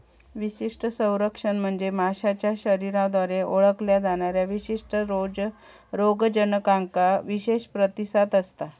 विशिष्ट संरक्षण म्हणजे माशाच्या शरीराद्वारे ओळखल्या जाणाऱ्या विशिष्ट रोगजनकांका विशेष प्रतिसाद असता